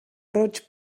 roig